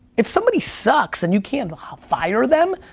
if somebody sucks and you can't ah fire them,